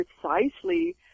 precisely